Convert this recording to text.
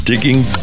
Digging